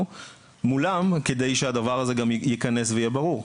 מולם כדי שהדבר הזה גם ייכנס ויהיה ברור.